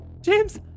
James